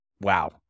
Wow